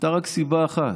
הייתה רק סיבה אחת: